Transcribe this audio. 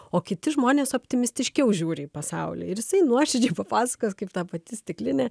o kiti žmonės optimistiškiau žiūri į pasaulį ir jisai nuoširdžiai papasakos kaip ta pati stiklinė